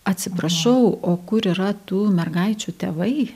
atsiprašau o kur yra tų mergaičių tėvai